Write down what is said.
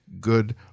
good